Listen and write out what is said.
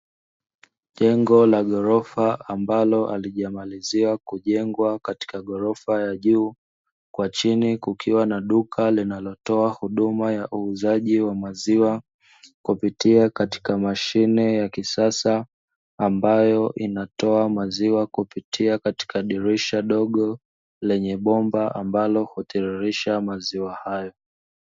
Jengo la na ghorofa ambalo halijamaliziwa kujengwa katika ghorofa ya juu, kwa chini kukiwa na duka linalotoa huduma ya uuzaji wa maziwa kupitia katika mashine ya kisasa ambayo inatoa maziwa kupitia katika dirisha dogo lenye bomba, ambalo hutiririsha maziwa hayo.